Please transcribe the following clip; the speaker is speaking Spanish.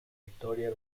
historia